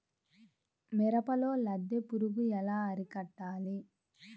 మిరపలో లద్దె పురుగు ఎలా అరికట్టాలి?